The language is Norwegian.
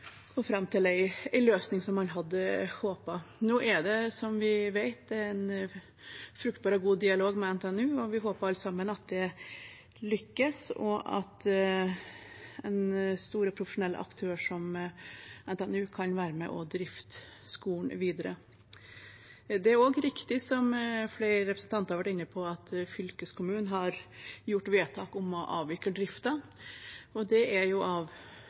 fram til en løsning, slik man hadde håpet. Nå er det, som vi vet, en fruktbar og god dialog med NTNU, og vi håper alle sammen at det lykkes, og at en stor og profesjonell aktør som NTNU kan være med og drifte skolen videre. Det er også riktig, som flere representanter har vært inne på, at fylkeskommunen har gjort vedtak om å avvikle driften. Det er av